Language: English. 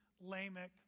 Lamech